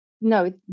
No